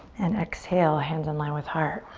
and exhale, hands in line with heart.